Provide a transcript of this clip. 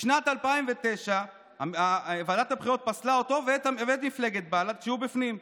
בשנת 2009 ועדת הבחירות פסלה אותו ואת מפלגת בל"ד כשהוא בפנים.